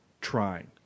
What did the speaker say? trying